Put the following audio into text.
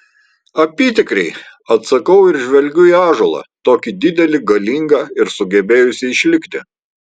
apytikriai atsakau ir žvelgiu į ąžuolą tokį didelį galingą ir sugebėjusį išlikti